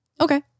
Okay